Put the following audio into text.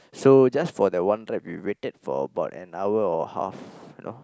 so just for the one trap we waited for about an hour or half you know